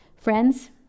Friends